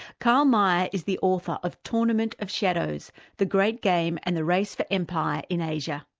karl meyer is the author of tournament of shadows the great game and the race for empire in asia.